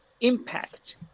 impact